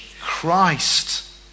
Christ